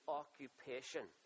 occupation